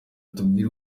atubwire